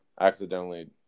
accidentally